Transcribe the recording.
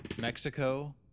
Mexico